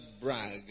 brag